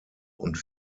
und